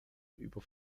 über